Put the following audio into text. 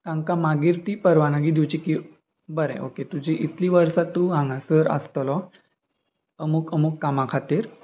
तांकां मागीर ती परवानगी दिवची की बरें ओके तुजी इतलीं वर्सां तूं हांगासर आसतलो अमूक अमूक कामा खातीर